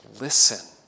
Listen